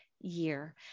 year